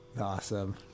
Awesome